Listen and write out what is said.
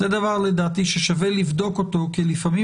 זה דבר שלדעתי שווה לבדוק אותו כי לפעמים